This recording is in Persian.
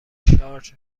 شارژ